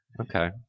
Okay